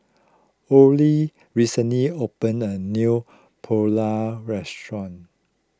Ole recently opened a new Pulao Restaurant